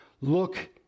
look